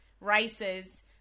races